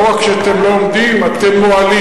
לא רק שאתם לא עומדים, אתם מועלים.